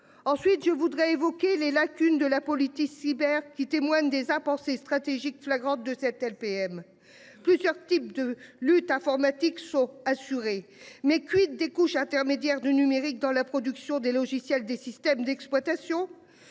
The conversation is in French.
Ensuite je voudrais évoquer les lacunes de la politique cyber qui témoignent des avancées stratégiques flagrante de cette LPM plusieurs types de lutte informatique saut assuré. Mais quid des couches intermédiaires du numérique dans la production des logiciels des systèmes d'exploitation.